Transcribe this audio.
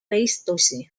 pleistocene